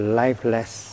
lifeless